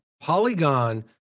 Polygon